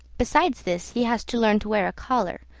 besides this he has to learn to wear a collar,